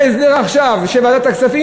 בהסדר עכשיו של ועדת הכספים,